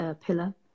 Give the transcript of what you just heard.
pillar